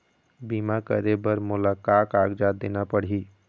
बीमा करे बर मोला का कागजात देना पड़ही?